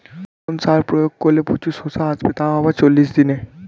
কোন সার প্রয়োগ করলে প্রচুর শশা আসবে তাও আবার চল্লিশ দিনে?